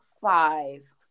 five